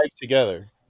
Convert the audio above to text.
together